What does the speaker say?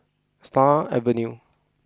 Stars Avenue